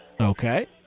Okay